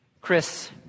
Chris